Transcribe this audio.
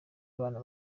abana